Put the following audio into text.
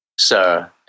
Sir